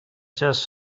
just